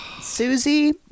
Susie